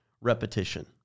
Repetition